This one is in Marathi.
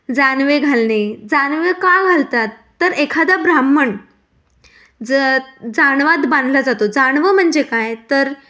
जानवे घालणे जानवे का घालतात तर एखादा ब्राह्मण ज जानवात बांधला जातो जानवं म्हणजे काय तर